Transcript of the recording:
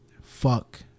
Fuck